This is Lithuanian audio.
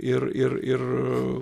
ir ir ir